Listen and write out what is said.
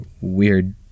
weird